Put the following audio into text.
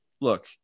look